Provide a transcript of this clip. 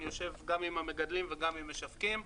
אני יושב גם עם מגדלים וגם עם משווקים,